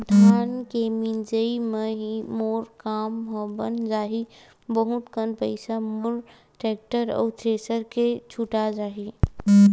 धान के मिंजई म ही मोर काम ह बन जाही बहुत कन पईसा मोर टेक्टर अउ थेरेसर के छुटा जाही